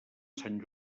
sant